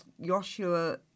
Joshua